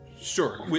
sure